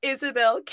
Isabel